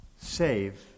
save